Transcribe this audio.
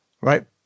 Right